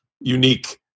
unique